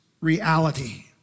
reality